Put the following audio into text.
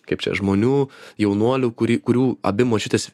kaip čia žmonių jaunuolių kurie kurių abi močiutės